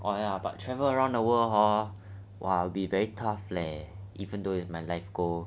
!wah! !aiya! but travel around the world hor !wah! will be very tough leh even though its my life goal